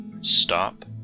stop